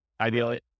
Ideally